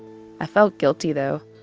i felt guilty, though.